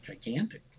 gigantic